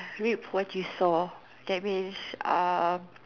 rip what you saw that means uh